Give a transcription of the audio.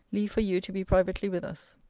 leave for you to be privately with us.